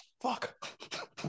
fuck